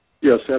Yes